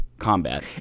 combat